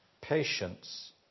patience